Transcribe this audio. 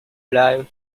live